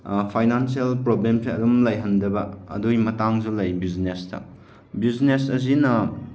financial ꯄ꯭ꯔꯣꯕ꯭ꯂꯦꯝꯁꯦ ꯑꯗꯨꯝ ꯂꯩꯍꯟꯗꯦꯕ ꯑꯗꯨꯏ ꯃꯇꯥꯡꯁꯨ ꯂꯩ ꯕꯤꯖꯤꯅꯦꯁꯇ ꯕꯤꯎꯖꯤꯅꯦꯁ ꯑꯁꯤꯅ